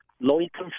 low-income